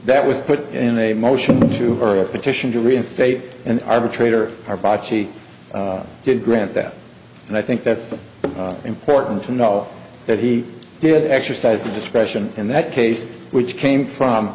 that was put in a motion to a petition to reinstate an arbitrator or bochy did grant that and i think that's important to know that he did exercise discretion in that case which came from